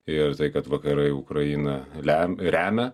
ir tai kad vakarai ukrainą lem remia